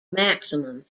maximum